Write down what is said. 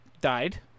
died